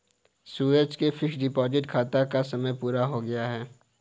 सूरज के fixed deposit खाता का समय पूरा हो गया है